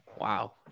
Wow